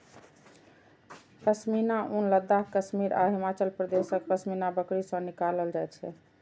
पश्मीना ऊन लद्दाख, कश्मीर आ हिमाचल प्रदेशक पश्मीना बकरी सं निकालल जाइ छै